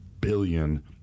billion